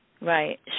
Right